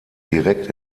direkt